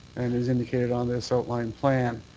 and as indicated on this outlined plan,